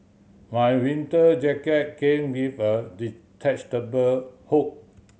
my winter jacket came with a detachable hood